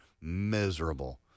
miserable